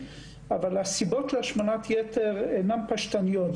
אבל הסיבות להשמנת יתר אינן פשטניות.